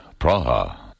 Praha